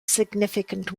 significant